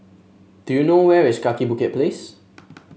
do you know where is Kaki Bukit Place